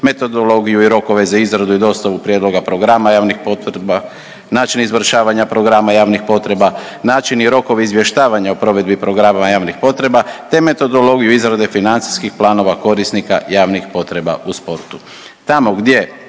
metodologiju i rokove za izradu i dostavu prijedloga programa javnih programa, način izvršavanja programa javnih potreba, načini i rokovi izvještavanja o provedbi programa javnih potreba te metodologiju izrade financijskih planova korisnika javnih potreba u sportu.